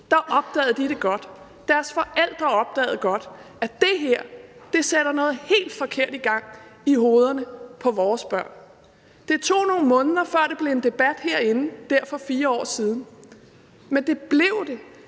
unge, opdagede de unge det godt. Og deres forældre opdagede godt, at det her satte noget helt forkert i gang i hovederne på deres børn. Det tog nogle måneder, før det blev en debat herinde dengang for 4 år siden, men det blev en